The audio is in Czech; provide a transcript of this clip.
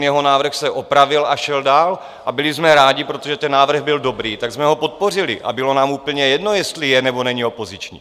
Jeho návrh se opravil a šel dál, a byli jsme rádi, protože ten návrh byl dobrý, tak jsme ho podpořili a bylo nám úplně jedno, jestli je nebo není opoziční.